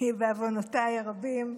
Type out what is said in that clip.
בעוונותיי הרבים,